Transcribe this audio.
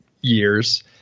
years